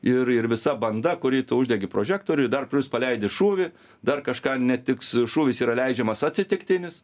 ir ir visa banda kuri uždegi prožektorių ir dar plius paleidi šūvį dar kažką netiks šūvis yra leidžiamas atsitiktinis